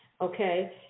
okay